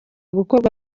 gukorwa